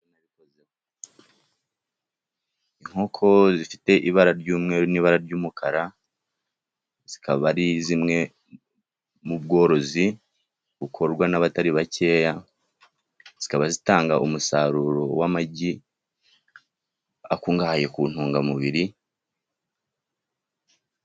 Inkoko zifite ibara ry'umweru n'ibara ry'umukara , zikaba ari zimwe mu bworozi bukorwa n'abatari bakeya zikaba zitanga umusaruro w'amagi , akungahaye ku ntungamubiri...